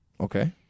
Okay